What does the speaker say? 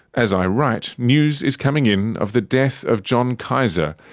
as i write, news is coming in of the death of john kaiser,